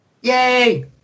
Yay